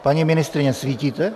Paní ministryně, svítíte?